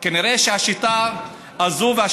כבוד השר שטייניץ,